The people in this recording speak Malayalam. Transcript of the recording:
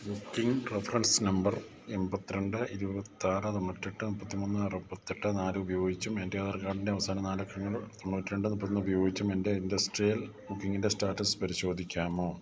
ബുക്കിങ് റഫറൻസ് നമ്പർ എണ്പത്തിരണ്ട് ഇരുപത്തിയാറ് തൊണ്ണൂറ്റിയെട്ട് മുപ്പത്തിമൂന്ന് അറുപത്തിയെട്ട് നാല് ഉപയോഗിച്ചും എൻറ്റെ ആധാർ കാഡിൻറ്റെ അവസാന നാലക്കങ്ങൾ തൊണ്ണൂറ്റിരണ്ട് മുപ്പത്തിയൊന്ന് ഉപയോഗിച്ചും എൻറ്റെ ഇൻഡസ്ട്രിയൽ ബുക്കിങ്ങിൻറ്റെ സ്റ്റാറ്റസ് പരിശോധിക്കാമോ